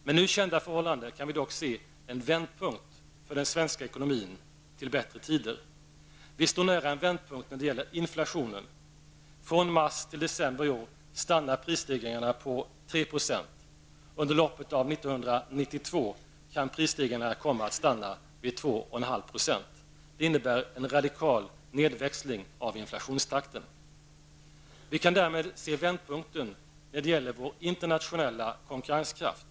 Med nu kända förhållanden kan vi dock se en vändpunkt för den svenska ekonomin till bättre tider: -- Vi står nära en vändpunkt när det gäller inflationen. Från mars till december i år stannar prisstegringarna på 3 %, och under loppet av 1992 kan prishöjningarna komma att stanna vid 2,5 %. Det innebär en radikal nedväxling av inflationstakten. -- Vi kan därmed se vändpunkten när det gäller vår internationella konkurrenskraft.